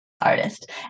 artist